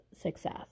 success